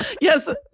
Yes